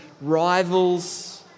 rivals